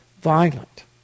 violent